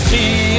See